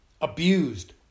abused